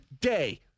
day